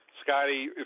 Scotty